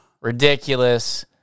Ridiculous